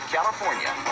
California